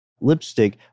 lipstick